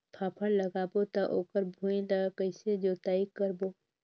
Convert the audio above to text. फाफण लगाबो ता ओकर भुईं ला कइसे जोताई करबो?